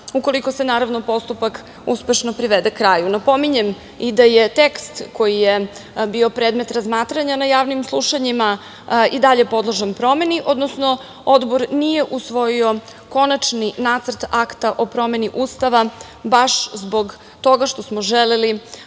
ukoliko se naravno, postupak uspešno privede kraju. Napominjem, i da je tekst koji je bio predmet razmatranja na javnim slušanjima i dalje podložan promeni, odnosno, Odbor nije usvojio konačni nacrt akta o promeni Ustava, baš zbog toga što smo želeli